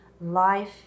life